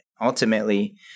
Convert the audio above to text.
Ultimately